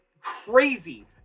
crazy